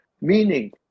meaning